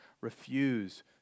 refuse